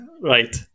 right